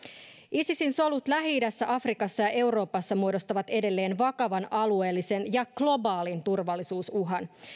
isisin solut lähi idässä afrikassa ja euroopassa muodostavat edelleen vakavan alueellisen ja globaalin turvallisuusuhan